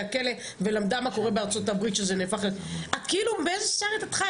הכלא ולמדה מה קורה בארצות הברית שזה נהפך ל- כאילו באיזה סרט את חיה?